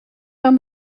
aan